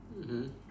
mmhmm